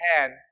hand